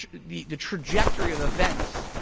the the trajectory of the events,